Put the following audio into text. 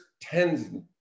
tens